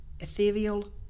ethereal